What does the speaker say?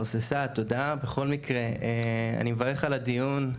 תודה, בכל מקרה אני מברך על הדיון,